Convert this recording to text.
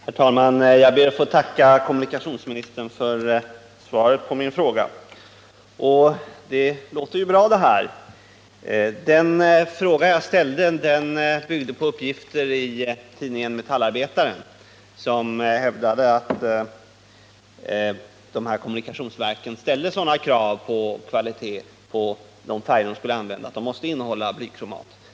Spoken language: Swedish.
Herr talman! Jag ber att få tacka kommunikationsministern för svaret på min fråga, och det lät ju bra. Den fråga jag ställde byggde på uppgifter i tidningen Metallarbetaren, som hävdade att de här kommunikationsverken ställde sådana krav på kvalitet på de färger man skulle använda att de måste innehålla blykromat.